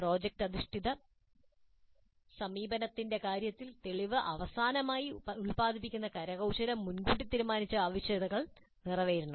project അധിഷ്ഠിത സമീപനത്തിന്റെ കാര്യത്തിൽ തെളിവ് അവസാനമായി ഉൽപാദിപ്പിക്കുന്ന കരകൌശലം മുൻകൂട്ടി തീരുമാനിച്ച ആവശ്യകതകൾ നിറവേറ്റണം